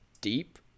deep